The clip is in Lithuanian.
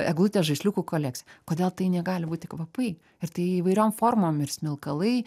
eglutės žaisliukų kolekciją kodėl tai negali būti kvapai ir tai įvairiom formom ir smilkalai